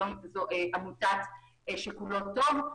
היום זו עמותת "שכולו טוב".